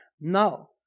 No